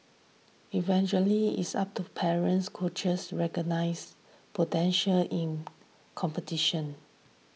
eventually it's up to parents coaches recognise potential in competition